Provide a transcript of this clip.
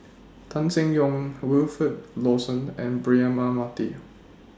Tan Seng Yong Wilfed Lawson and Braema Mathi